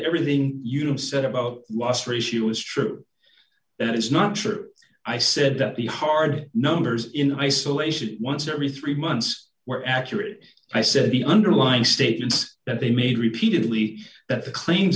everything you said about loss ratio is true it is not sure i said that the hard numbers in isolation once every three months were accurate i said the underlying statements that they made repeatedly that the claims